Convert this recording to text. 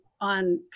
on